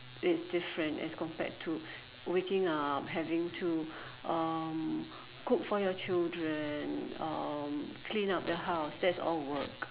it is different as compared to waking up having to um cook for your children um clean up the house that's all work